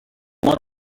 want